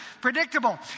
predictable